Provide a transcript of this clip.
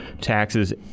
taxes